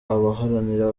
abaharanira